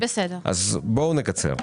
אז בואו נקצר.